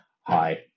Hi